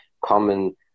common